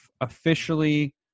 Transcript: officially